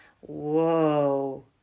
Whoa